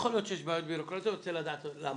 יכול להיות שיש בעיות בירוקרטיות ואני רוצה לדעת למה.